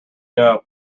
know